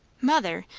mother,